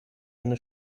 eine